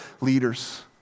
leaders